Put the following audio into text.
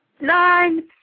nine